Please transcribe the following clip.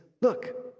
look